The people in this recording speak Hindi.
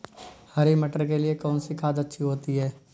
हरी मटर के लिए कौन सी खाद अच्छी होती है?